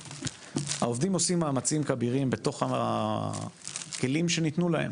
העובדים עושים מאמצים כבירים בתוך הכלים שניתנו להם.